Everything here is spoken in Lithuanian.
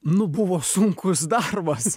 nu buvo sunkus darbas